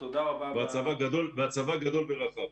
הצבא גדול ורחב.